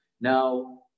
Now